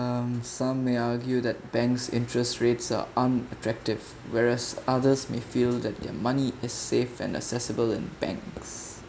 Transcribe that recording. um some may argue that banks interest rates are unattractive whereas others may feel that their money is safe and accessible in banks